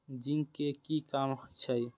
Zinc के कि काम छै?